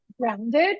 grounded